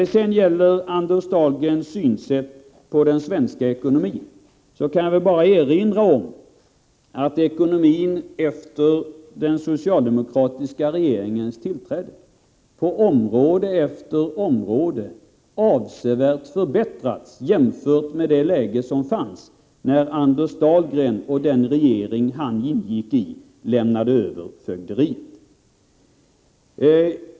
Beträffande Anders Dahlgrens syn på den svenska ekonomin kan jag bara erinra om att ekonomin efter den socialdemokratiska regeringens tillträde har förbättrats avsevärt på område efter område, jämfört med det läge som fanns när Anders Dahlgren och den regering som han ingick i lämnade över fögderiet.